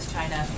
China